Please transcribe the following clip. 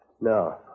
No